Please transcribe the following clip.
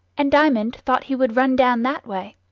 and diamond thought he would run down that way.